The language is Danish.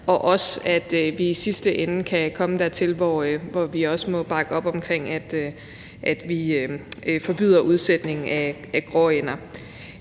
og om, at vi i sidste ende kan komme dertil, hvor vi også må bakke op om at forbyde udsætningen af gråænder.